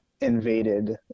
invaded